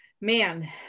Man